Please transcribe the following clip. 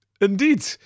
indeed